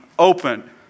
open